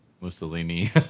mussolini